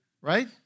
right